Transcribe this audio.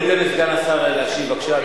בואו ניתן לסגן השר להשיב, בבקשה .